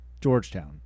Georgetown